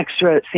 extra